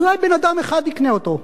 אז אולי בן-אדם אחד יקנה אותו,